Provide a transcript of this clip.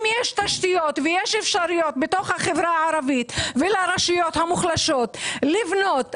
אם יש תשתיות ויש אפשרויות בתוך החברה הערבית ולרשויות המוחלשות לבנות,